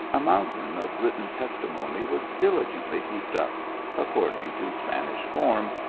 a mountain of written testimony was diligently heaped up, according to spanish form,